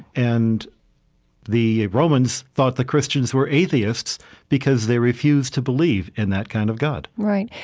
and the romans thought the christians were atheists because they refused to believe in that kind of god right.